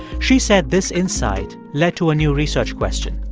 she said this insight led to a new research question.